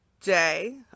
day